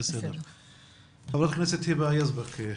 חברת הכנסת היבה יזבק.